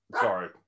sorry